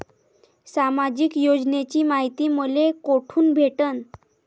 सामाजिक योजनेची मायती मले कोठून भेटनं?